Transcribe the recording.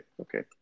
okay